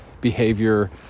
behavior